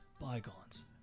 bygones